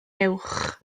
uwch